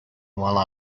while